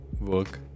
work